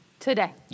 Today